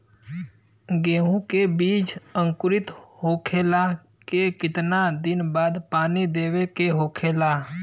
गेहूँ के बिज अंकुरित होखेला के कितना दिन बाद पानी देवे के होखेला?